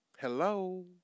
Hello